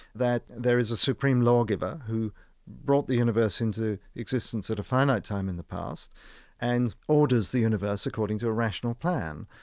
that there is a supreme lawgiver who brought the universe into existence at a finite time in the past and orders the universe according to a rational plan.